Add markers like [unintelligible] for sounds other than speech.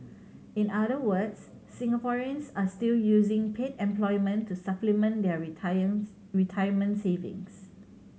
in other words Singaporeans are still using paid employment to supplement their retiring [unintelligible] retirements savings